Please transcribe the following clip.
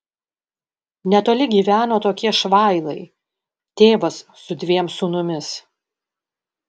netoli gyveno tokie švailai tėvas su dviem sūnumis